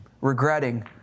regretting